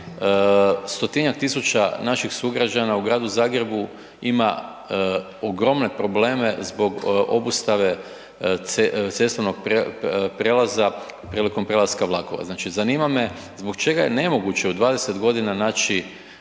stotinjak tisuća naših sugrađana u Gradu Zagrebu ima ogromne probleme zbog obustave cestovnog prijelaza prilikom prelaska vlakova, znači zanima me zbog čega je nemoguće u 20.g. naći